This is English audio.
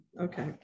Okay